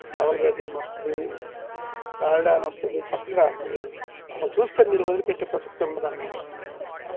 double bedroom వస్తుంది corridor వస్తుంది చక్కగా మీరు అసలు చూస్తే మీరు వదిలు పెట్టే ప్రసక్తి ఉండదు అన్నమాట